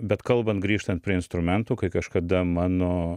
bet kalbant grįžtant prie instrumentų kai kažkada mano